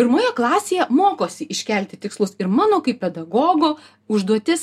pirmoje klasėje mokosi iškelti tikslus ir mano kaip pedagogo užduotis